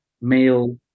male